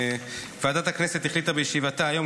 ועדת הכנסת החליטה בישיבתה היום,